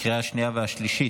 לקריאה שנייה ולקריאה שלישית.